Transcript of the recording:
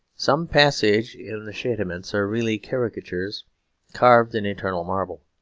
some passages in the chatiments are really caricatures carved in eternal marble.